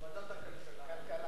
ועדת הכלכלה.